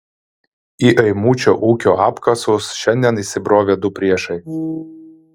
į eimučio ūkio apkasus šiandien įsibrovė du priešai